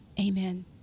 amen